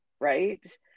right